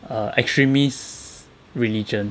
err extremists religion